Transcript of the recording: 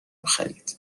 خرید